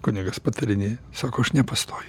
kunigas patarinėja sako aš nepastoju